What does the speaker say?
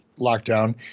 lockdown